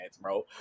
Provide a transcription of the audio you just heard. bro